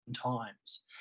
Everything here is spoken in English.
times